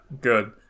good